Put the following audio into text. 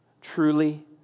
Truly